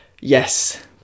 Yes